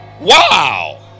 Wow